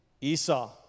Esau